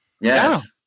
Yes